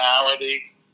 personality